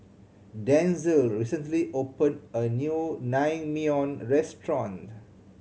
Denzell recently opened a new Naengmyeon Restaurant